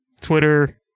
Twitter